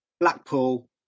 Blackpool